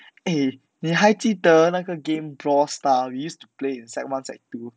eh 你还记得那个 game brawl star we used to play in sec one sec two